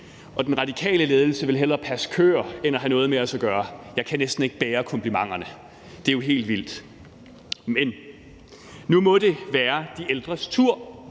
og den radikale ledelse vil hellere passe køer end at have noget med os at gøre. Jeg kan næsten ikke bære komplimenterne. Det er helt vildt! Men nu må det være de ældres tur,